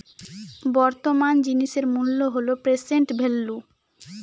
বর্তমান জিনিসের মূল্য হল প্রেসেন্ট ভেল্যু